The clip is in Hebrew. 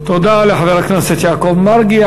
תודה לחבר הכנסת יעקב מרגי.